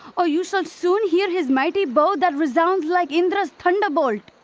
or you shall soon hear his mighty bow that resounds like indra's thunderbolt!